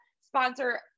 sponsor